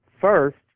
first